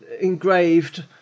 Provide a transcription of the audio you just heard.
engraved